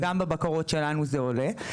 גם בבקרות שלנו זה עולה.